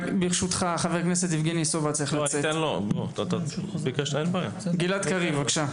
גלעד קריב, בבקשה.